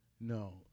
No